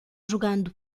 jogando